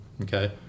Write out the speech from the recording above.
Okay